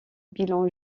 bilan